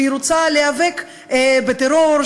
שהיא רוצה להיאבק בטרור,